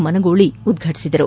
ಮನಗೋಳಿ ಉದ್ಘಾಟಿಸಿದರು